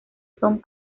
son